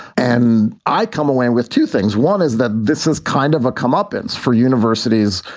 and i come away with two things. one is that this is kind of a come up ins for universities,